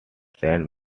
saint